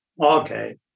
Okay